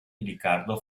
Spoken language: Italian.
ricardo